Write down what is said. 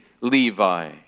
Levi